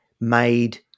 made